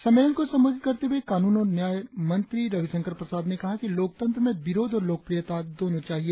सम्मेलन को संबोधित करते हुए कानून और न्याय मंत्री रविशंकर प्रसाद ने कहा कि लोकतंत्र में विरोध और लोकप्रियता दोनों चाहिए